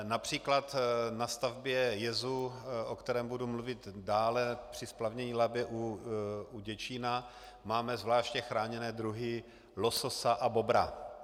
Například na stavbě jezu, o kterém budu mluvit dále, při splavnění Labe u Děčína, máme zvláště chráněné druhy lososa a bobra.